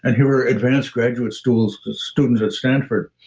and here were advanced graduate students students at stanford.